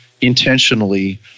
intentionally